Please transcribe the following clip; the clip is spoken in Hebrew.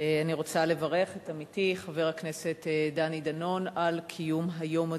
אני רוצה לברך את עמיתי חבר הכנסת דני דנון על קיום היום הזה.